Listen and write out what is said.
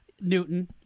Newton